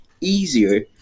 easier